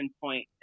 point